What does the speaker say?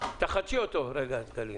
תנתקי אותו בבקשה.